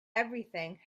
everything